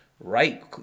right